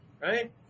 right